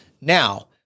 Now